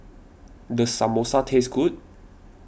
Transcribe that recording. does Samosa taste good